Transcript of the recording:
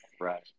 Right